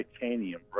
Titanium